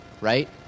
right